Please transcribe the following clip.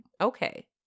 okay